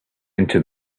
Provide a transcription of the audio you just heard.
into